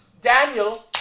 Daniel